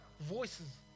voices